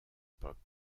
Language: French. période